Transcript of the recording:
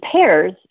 pairs